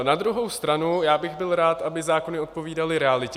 Na druhou stranu bych byl rád, aby zákony odpovídaly realitě.